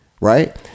right